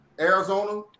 Arizona